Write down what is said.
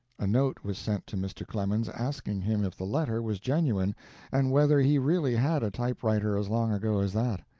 a note was sent to mr. clemens asking him if the letter was genuine and whether he really had a typewriter as long ago as that.